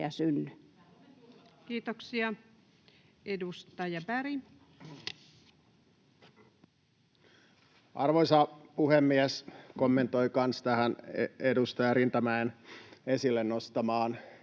Kiitoksia. — Edustaja Berg. Arvoisa puhemies! Kommentoin kanssa tätä edustaja Rintamäen esille nostamaa